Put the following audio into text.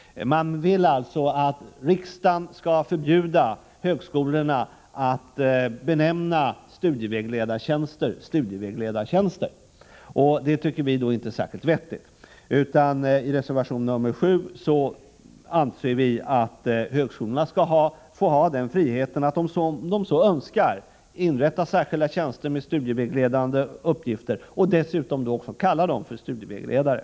Man vill alltså att riksdagen skall förbjuda högskolorna att för studievägledartjänster använda just benämningen studievägledartjänster. Det tycker vi inte är särskilt vettigt, utan i reservation nr 7 uttrycker vi vår mening att högskolorna skall få ha friheten att om de så önskar inrätta särskilda tjänster med studievägledande uppgifter och dessutom få kalla innehavarna för studievägledare.